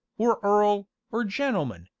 or earl, or gentleman,